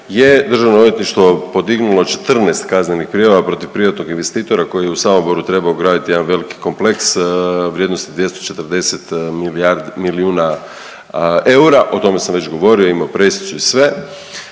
2009. g. je DORH podignulo 14 kaznenih prijava protiv privatnog investitora koji je u Samoboru trebao graditi jedan veliki kompleks vrijednosti 240 milijuna eura, o tome sam već govorio, imao presicu i sve.